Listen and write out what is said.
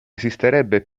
esisterebbe